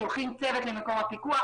שולחים צוות למקום הפיקוח,